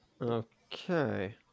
Okay